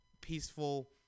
peaceful